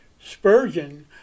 Spurgeon